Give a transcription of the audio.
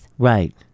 Right